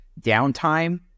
downtime